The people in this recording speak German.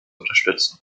unterstützen